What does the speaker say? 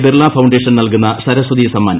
Birla foundation നൽകുന്ന സരസ്വതി സമ്മാൻ